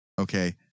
Okay